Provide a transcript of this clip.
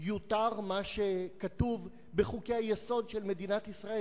יותר מה שכתוב בחוקי-היסוד של מדינת ישראל,